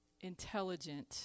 intelligent